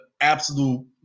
absolute